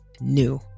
new